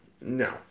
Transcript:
No